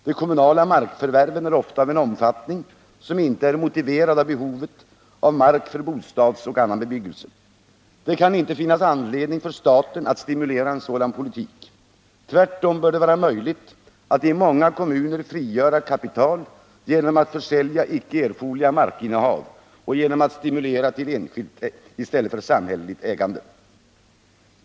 De kommunala markförvärven är ofta av en omfattning som inte är motiverad av behovet av mark för bostadsoch annan bebyggelse. Det kan inte finnas anledning för staten att stimulera en sådan politik. Tvärtom bör det vara möjligt att i många kommuner frigöra kapital genom att försälja icke erforderliga markinnehav och genom att stimulera till enskilt i stället för samhälleligt ägande.